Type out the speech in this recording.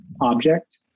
object